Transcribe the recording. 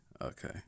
okay